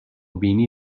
بینی